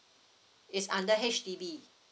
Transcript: it's under H_D_B